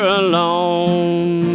alone